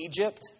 Egypt